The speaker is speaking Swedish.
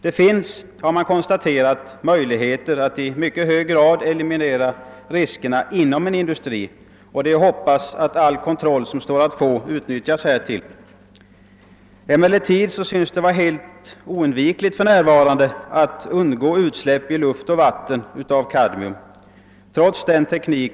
Det finns, har man konstaterat, möjligheter att i mycket hög grad eliminera riskerna inom industrin, och det är att hoppas att all kontroll som står att få utnyttjas härför. För närvarande synes det emellertid trots den teknik som finns omöjligt att helt undgå utsläpp av kadmium i luft och vatten.